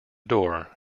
door